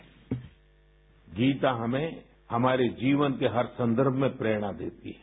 sound bite Gita हमें हमारे जीवन के हर सन्दर्भ में प्रेरणा देती है